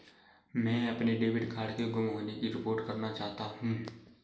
मैं अपने debit card के गुम होने की रिपोर्ट करना चाहता हूँ